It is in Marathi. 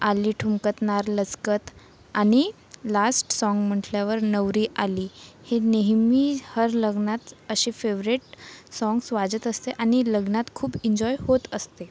आली ठुमकत नार लचकत आणि लास्ट सॉन्ग म्हटल्यावर नवरी आली हे नेहमी हर लग्नात असे फेवरेट सॉन्ग्ज वाजत असते आणि लग्नात खूप एंजॉय होत असते